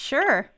Sure